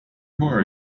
尼泊尔